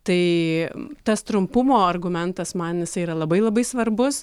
tai tas trumpumo argumentas man jisai yra labai labai svarbus